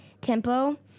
tempo